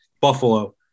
Buffalo